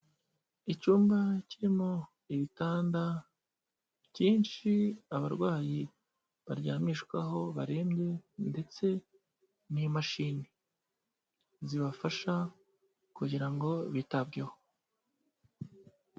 Icyumba kirimo ibitanda byinshi abarwayi baryamishwaho barembye ndetse n'imashini zibafasha kugira ngo bitabweho.